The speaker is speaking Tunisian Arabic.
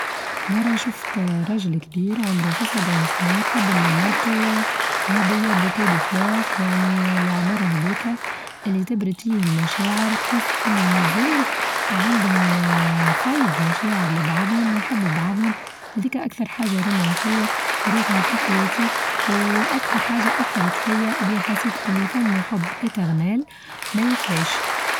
مرة شفت آآ راجل كبير عمرو في سبعين سنة قدم من مرتو هداية بوكية بفلوغ يعنى العمر هاذيكا اللي تبرد فيه المشاعر تحس اللي مازال عندهم آآ فايظ مشاعر لبعضهم ويحبوا بعضهم هاذيكا أكثر حاچة رومانسية رأيتها في حياتي و أكثر حاچة أثرت فيا وحسيت اللي يسمى حب يتغلال ما يوفاش.